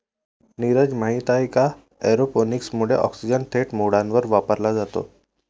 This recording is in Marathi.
नीरज, माहित आहे का एरोपोनिक्स मुळे ऑक्सिजन थेट मुळांवर वापरला जातो